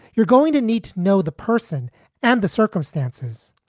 you're going to need to know the person and the circumstances.